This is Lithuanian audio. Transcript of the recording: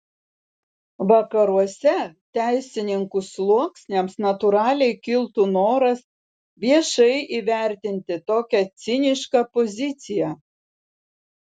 vakaruose teisininkų sluoksniams natūraliai kiltų noras viešai įvertinti tokią cinišką poziciją